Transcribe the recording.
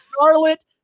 Charlotte